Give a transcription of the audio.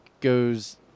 goes